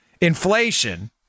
inflation